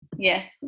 Yes